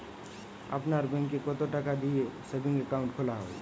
আপনার ব্যাংকে কতো টাকা দিয়ে সেভিংস অ্যাকাউন্ট খোলা হয়?